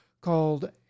called